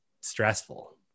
stressful